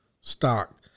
stock